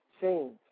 change